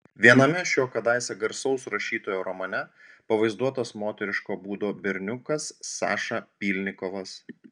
viename šio kadaise garsaus rašytojo romane pavaizduotas moteriško būdo berniukas saša pylnikovas